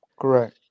correct